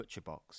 ButcherBox